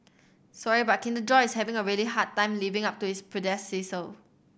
sorry but Kinder Joy is having a really hard time living up to its predecessor